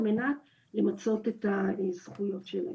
על מנת למצות את הזכויות שלהם.